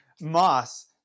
Moss